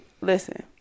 Listen